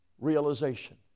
realization